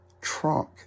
trunk